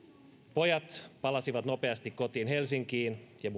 pojat palasivat nopeasti kotiin helsinkiin ja